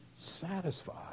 satisfied